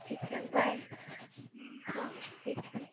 ठीक है बाय हाँ ठीक है